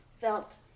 felt